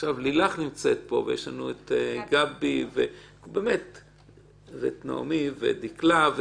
עכשיו לילך נמצאת פה ויש לנו את גבי ואת נעמי ואת דקלה,